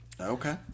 Okay